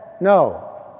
no